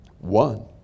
One